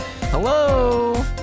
Hello